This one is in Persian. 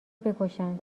بکشند